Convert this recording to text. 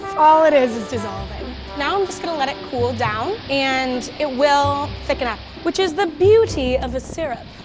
all it is is dissolving. now i'm just gonna let it cool down and it will thicken up which is the beauty of a syrup.